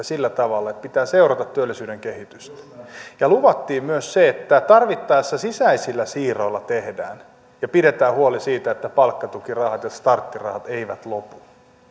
sillä tavalla että pitää seurata työllisyyden kehitystä ja luvattiin myös se että tarvittaessa sisäisillä siirroilla tehdään ja pidetään huoli siitä että palkkatukirahat ja starttirahat eivät lopu